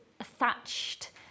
Thatched